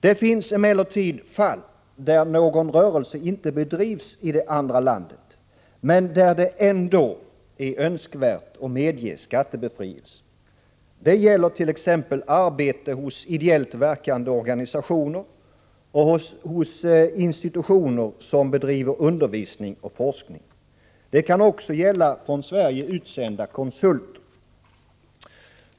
Det finns emellertid fall där någon rörelse inte bedrivs i det andra landet men där det ändå är önskvärt att medge skattebefrielse. Det gäller t.ex. arbete hos ideellt verkande organisationer och hos institutioner som bedriver undervisning och forskning. Det kan också gälla från Sverige utsända konsulter.